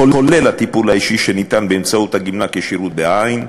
כולל הטיפול האישי שניתן באמצעות הגמלה כשירות בעין,